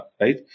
right